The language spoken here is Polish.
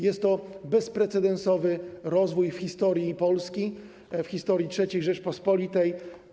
Jest to bezprecedensowy rozwój w historii Polski, w historii III Rzeczypospolitej.